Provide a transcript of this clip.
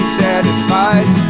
satisfied